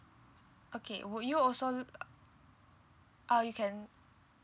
okay would you also uh you can